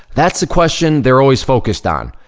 that's a question they're always focused on.